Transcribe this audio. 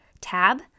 tab